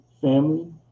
family